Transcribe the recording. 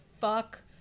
fuck